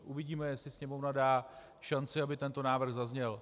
Uvidíme, jestli Sněmovna dá šanci, aby tento návrh zazněl.